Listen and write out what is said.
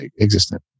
existent